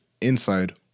inside